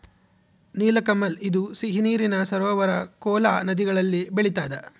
ನೀಲಕಮಲ ಇದು ಸಿಹಿ ನೀರಿನ ಸರೋವರ ಕೋಲಾ ನದಿಗಳಲ್ಲಿ ಬೆಳಿತಾದ